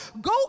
Go